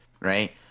right